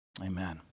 amen